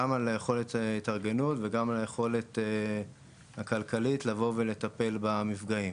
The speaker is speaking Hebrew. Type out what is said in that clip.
גם על יכולת ההתארגנות וגם על היכולת הכלכלית לבוא ולטפל במפגעים.